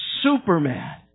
superman